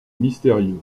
mystérieux